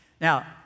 Now